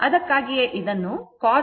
ಅದಕ್ಕಾಗಿಯೇ ಇದನ್ನು cos α ಎಂದು ಬರೆಯಲಾಗಿದೆ